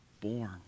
born